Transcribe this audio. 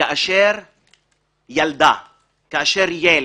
שכאשר ילדה, ילד,